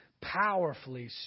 powerfully